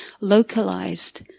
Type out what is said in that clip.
localized